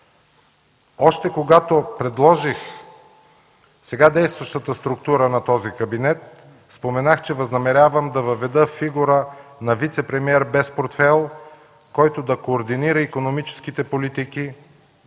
Още когато предложих сега действащата структура на този кабинет споменах, че възнамерявам да въведа фигура на вицепремиер без портфейл, който да координира икономическите политики,